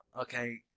okay